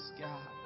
God